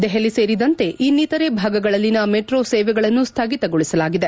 ದೆಹಲಿ ಸೇರಿದಂತೆ ಇನ್ನಿತರೆ ಭಾಗಗಳಲ್ಲಿನ ಮೆಟ್ರೋ ಸೇವೆಗಳನ್ನು ಸ್ಥಗಿತಗೊಳಿಸಲಾಗಿದೆ